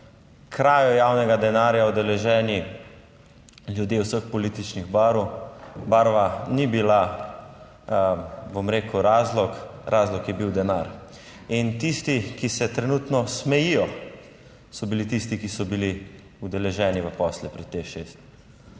kraju javnega denarja udeleženi ljudje vseh političnih barv. Barva ni bila bom rekel, razlog, razlog je bil denar in tisti, ki se trenutno smejijo, so bili tisti, ki so bili udeleženi v posle pri TEŠ